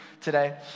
today